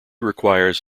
requires